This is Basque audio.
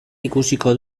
ikusiko